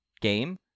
game